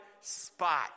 spot